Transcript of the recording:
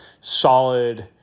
solid